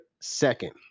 second